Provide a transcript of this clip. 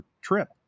trip